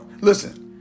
Listen